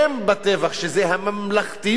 שזה הממלכתיות הישראלית,